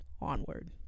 onward